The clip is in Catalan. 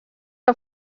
que